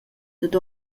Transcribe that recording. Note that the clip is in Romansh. dad